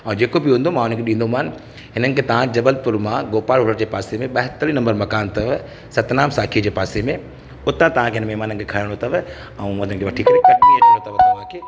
ऐं जेको बि हूंदो मां उन्हनि खे ॾींदोमानि हिननि खे तव्हां जबलपुर मां गोपाल रोड जे पासे में ॿाहत्तरी नंबर मकान अथव सतनाम साखी जे पासे में उतां तव्हां खे हिन महिमाननि खे खणणो अथव ऐं उन्हनि खे वठी करे कटनी अचिणो अथव तव्हां खे